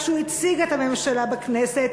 כשהוא הציג את הממשלה בכנסת,